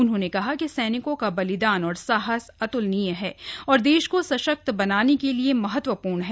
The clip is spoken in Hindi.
उन्होंने कहा कि सैनिकों का बलिदान और साहस अतुल्य है और देश को सशक्त बनाने के लिए महत्वपूर्ण है